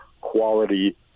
quality